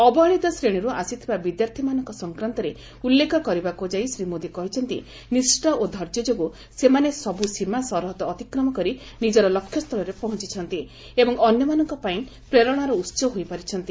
ଅବହେଳିତ ଶ୍ରେଣୀରୁ ଆସିଥିବା ବିଦ୍ୟାର୍ଥୀମାନଙ୍କ ସଂକ୍ରାନ୍ତରେ ଉଲ୍ଲେଖ କରିବାକୁ ଯାଇ ଶ୍ରୀ ମୋଦି କହିଛନ୍ତି ନିଷ୍ଠା ଓ ଧୈର୍ଯ୍ୟ ଯୋଗୁଁ ସେମାନେ ସବୁ ସୀମା ସରହଦ ଅତିକ୍ରମ କରି ନିଜର ଲକ୍ଷ୍ୟସ୍ଥଳରେ ପହଂଚିଛନ୍ତି ଏବଂ ଅନ୍ୟମାନଙ୍କ ପାଇଁ ପ୍ରେରଣାର ଉତ୍ସ ହୋଇପାରିଛନ୍ତି